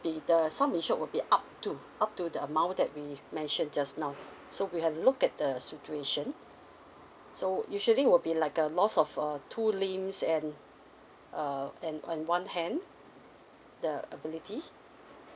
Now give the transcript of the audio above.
be the sum insured would be up to up to the amount that we mentioned just now so we had to look at the situation so usually will be like a loss of uh two limbs and uh and and one hand the ability